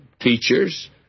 teachers